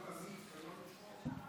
להיות אמיץ ולא לצחוק,